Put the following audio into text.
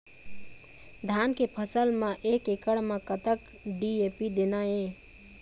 धान के फसल म एक एकड़ म कतक डी.ए.पी देना ये?